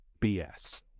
BS